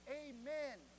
amen